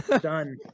done